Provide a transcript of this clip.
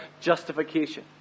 justification